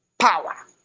power